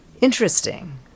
interesting